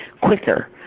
quicker